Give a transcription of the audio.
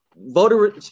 voter